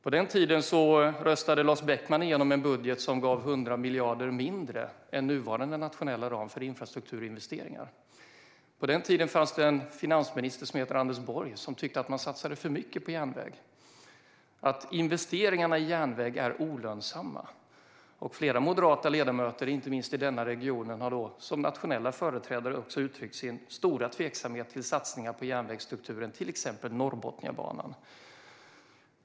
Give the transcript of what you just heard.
På den tiden röstade Lars Beckman igenom en budget som gav 100 miljarder mindre än den nuvarande nationella ramen för infrastrukturinvesteringar. På den tiden fanns det en finansminister som hette Anders Borg och som tyckte att det satsades för mycket på järnväg och att investeringar i den var olönsamma. Flera moderata ledamöter, inte minst från regionen, uttryckte som nationella företrädare sin stora tveksamhet till satsningar på järnvägsstrukturen, till exempel Norrbotniabanan.